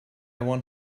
want